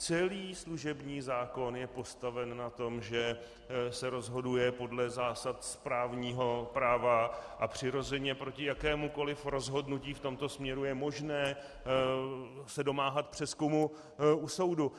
Celý služební zákon je postaven na tom, že se rozhoduje podle zásad správního práva a přirozeně proti jakémukoli rozhodnutí v tomto směru je možné se domáhat přezkumu u soudu.